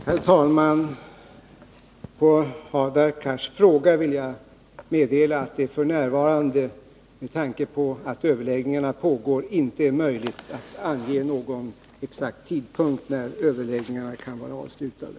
Herr talman! På Hadar Cars fråga vill jag meddela att det f. n., med tanke på att överläggningarna pågår, inte är möjligt att ange någon exakt tidpunkt när de kan vara avslutade.